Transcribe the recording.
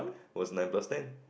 what's nine plus ten